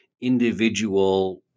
individual